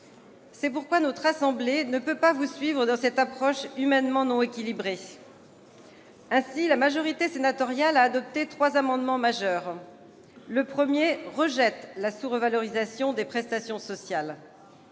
C'est pourquoi notre assemblée ne peut pas vous suivre dans cette approche humainement non équilibrée. Ainsi, la majorité sénatoriale a adopté trois amendements majeurs. Le premier rejette la sous-revalorisation des prestations sociales.